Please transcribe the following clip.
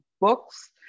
books